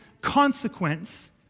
consequence